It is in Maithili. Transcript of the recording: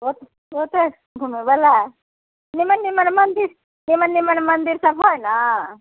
ओतऽ घूमै बला नीमन नीमन मंदिर नीमन नीमन मंदिर सभ है ने